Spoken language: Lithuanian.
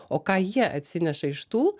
o ką jie atsineša iš tų